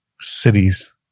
cities